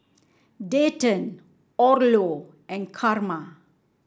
Dayton Orlo and Carma